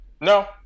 no